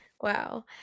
wow